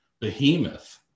behemoth